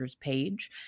page